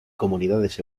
comunidades